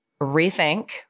rethink